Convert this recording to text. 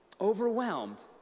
overwhelmed